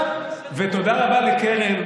ותודה רבה לקרן,